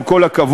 עם כל הכבוד,